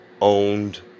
owned